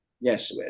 Yes